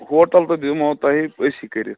hotel تہٕ دِمو تۄہہِ أسی کٔرِتھ